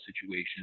situation